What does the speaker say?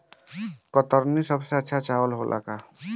कतरनी सबसे अच्छा चावल होला का?